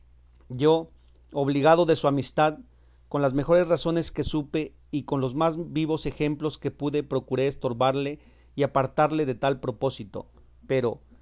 yo obligado de su amistad con las mejores razones que supe y con los más vivos ejemplos que pude procuré estorbarle y apartarle de tal propósito pero